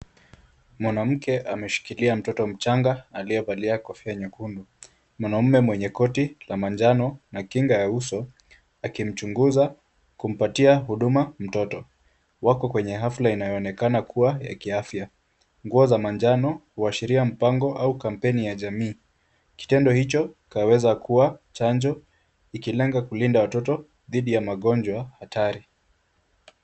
Mwanamke ameshikilia mtoto mchanga aliyevalia kofia nyekundu, mwanaume mwenye koti ya manjano na kinga ya uso akimchunguza, kumpatia huduma mtoto, wako kwenye hafula inayoonekana kuwa ya kiafya, nguo za manjano huashiria mpango au kampeni ya jamii, kitendo hicho kinaweza kuwa chanjo, ikilenga kulinda watoto dhidi ya magonjwa hatari.